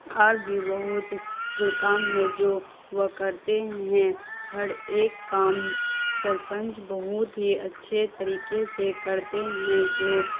اور بھی بہت جو کام ہے جو وہ کرتے ہیں ہر ایک کام سرپنچ بہت ہی اچھے طریقے سے کرتے ہیں جو